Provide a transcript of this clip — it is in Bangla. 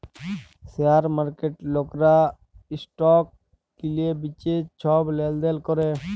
শেয়ার মার্কেটে লকরা ইসটক কিলে বিঁচে ছব লেলদেল ক্যরে